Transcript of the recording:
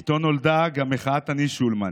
איתו נולדה גם מחאת "אני שולמן"